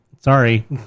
sorry